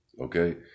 Okay